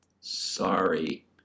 Sorry